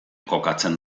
kokatzen